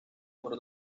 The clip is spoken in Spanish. por